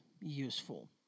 useful